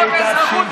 התשפ"ב